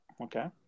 Okay